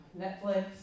Netflix